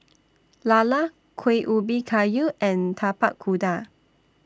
Lala Kueh Ubi Kayu and Tapak Kuda